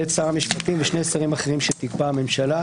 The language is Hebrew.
(ב)שר המשפטים ושני שרים אחרים שתקבע הממשלה,